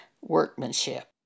workmanship